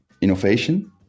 innovation